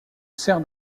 sert